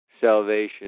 salvation